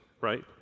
right